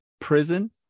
prison